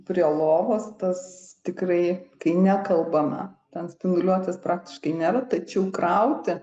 prie lovos tas tikrai kai nekalbama ten spinduliuotės praktiškai nėra tačiau krauti